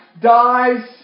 dies